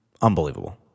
unbelievable